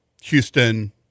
Houston